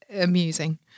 amusing